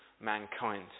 mankind